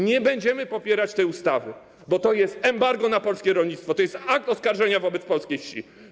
Nie będziemy popierać tej ustawy, bo to jest embargo na polskie rolnictwo, to jest akt oskarżenia wobec polskiej wsi.